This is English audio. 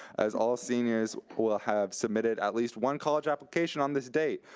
as all seniors will have submitted at least one college application on this date.